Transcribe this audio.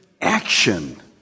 action